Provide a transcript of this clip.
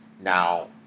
Now